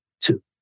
two